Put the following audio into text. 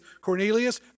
Cornelius